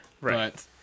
Right